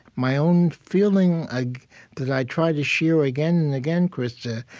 my own feeling like that i try to share again and again, krista,